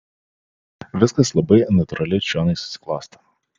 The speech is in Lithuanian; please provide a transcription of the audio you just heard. viskas labai natūraliai čionai susiklosto